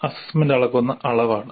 assessment അളക്കുന്ന അളവാണ്